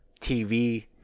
TV